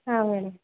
ಹಾಂ ಮೇಡಮ್